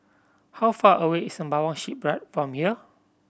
how far away is Sembawang Shipyard from here